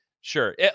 sure